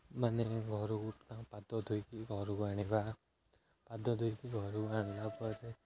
ମାନେ ଘରକୁ ପାଦ ଧୋଇକି ଘରକୁ ଆଣିବା ପାଦ ଧୋଇକି ଘରକୁ ଆଣିଲା ପରେ